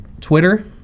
Twitter